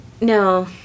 no